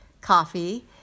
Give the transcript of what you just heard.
coffee